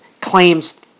claims